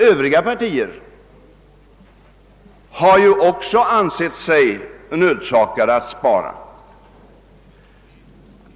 Övriga partier har ju också ansett sig nödsakade att spara.